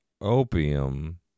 opium